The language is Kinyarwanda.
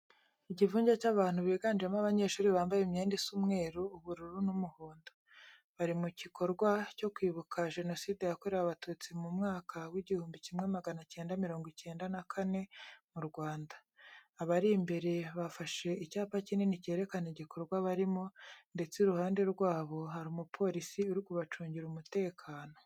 Ikivunge cy'abantu biganjemo abanyeshuri bambaye imyenda isa umweru, ubururu n'umuhondo. Bari mu kikorwa cyo kwibuka Jenoside yakorewe Abatutsi mu mwaka w'igihumbi kimwe magana cyenda mirongo icyenda na kane mu Rwanda. Abari imbere bafashe icyapa kinini cyerekana igikorwa barimo ndetse iruhande rwabo hari umupolisi uri kubacungira umutekano.